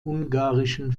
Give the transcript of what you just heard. ungarischen